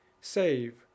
save